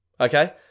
okay